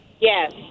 Yes